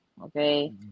Okay